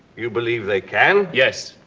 you believe they can? yes.